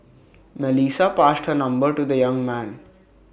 Melissa passed her number to the young man